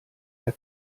der